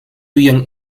young